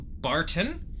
Barton